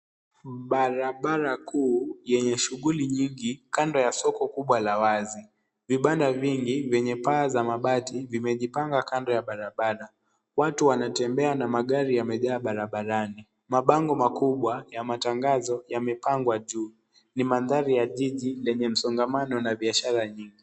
Barabara kuu yenye shughuli nyingi kando ya soko kubwa la wazi, vibanda vingi vyenye paa za mabati vimejipanga kando ya barabara. Watu wanatembea na magari yamejaa barabarani. Mabango makubwa ya matangazo yamepangwa juu ni madhari ya jiji lenye msongamano na biashara nyingi.